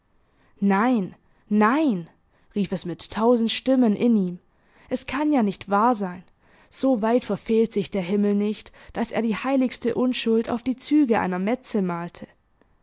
auge nein nein rief es mit tausend stimmen in ihm es kann ja nicht wahr sein so weit verfehlt sich der himmel nicht daß er die heiligste unschuld auf die züge einer metze malte